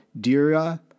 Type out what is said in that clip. Dira